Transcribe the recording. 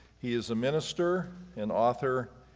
he is a minister, an author,